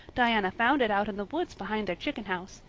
diana found it out in the woods behind their chicken house.